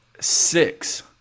Six